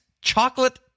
Chocolate